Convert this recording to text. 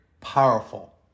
powerful